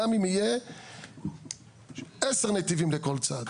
גם אם יהיה עשרה נתיבים לכל צד.